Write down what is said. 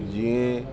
जीअं